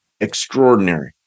extraordinary